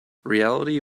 reality